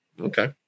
Okay